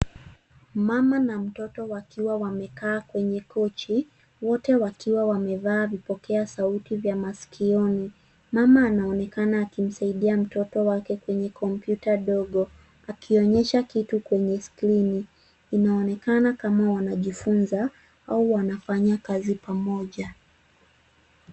Mama na mtoto wakiwa wamekaa kwenye kochi, wote wakiwa wamevaa vipokea sauti vya masikioni. Mama anaonekana akimsaidia mtoto wake kwenye kompyuta ndogo. Akionyesha kitu kwenye skrini, inaonekana kama wanajifunza, au wanafanya kazi pamoja.